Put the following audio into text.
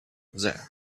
there